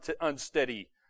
unsteady